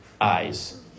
eyes